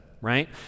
right